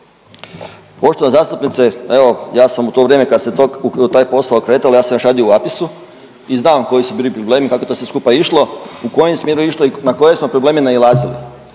Poštovana zastupnice, evo, ja sam u to vrijeme kad se to, taj posao kretalo, ja sam još radio u APIS-u i znam koji su bili problemi, kako je to sve skupa išlo, u kojem smjeru je išlo i na koje smo probleme nailazili